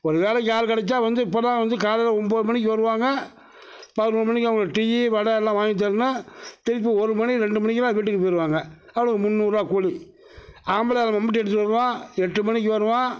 ஒரு வேலைக்கு ஆள் கிடைச்சா வந்து இப்போலாம் வந்து காலையில் ஒம்போது மணிக்கு வருவாங்க பதினோரு மணிக்கு அவங்களுக்கு டீயி வடை எல்லாம் வாங்கி தரணும் திருப்பி ஒரு மணி ரெண்டு மணிக்கலாம் வீட்டுக்கு போயிடுவாங்க அவங்களுக்கு முந்நூறுவா கூலி ஆம்பளை ஆள் மம்புட்டி எடுத்துகிட்டு வருவான் எட்டு மணிக்கு வருவான்